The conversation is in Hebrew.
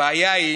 הבעיה היא